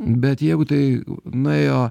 bet jeigu tai nuėjo